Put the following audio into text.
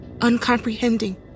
uncomprehending